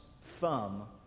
thumb